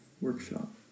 workshop